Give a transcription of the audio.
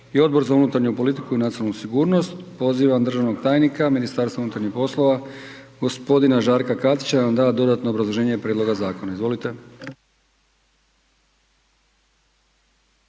i Odbor za unutarnju politiku i nacionalnu sigurnost. Pozivam državnog tajnika MUP-a gospodina Žarka Katića da nam da dodatno obrazloženje prijedloga zakona. Izvolite.